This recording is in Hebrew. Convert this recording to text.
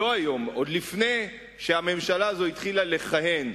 לא היום, עוד לפני שהממשלה הזאת התחילה לכהן,